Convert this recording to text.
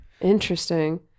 Interesting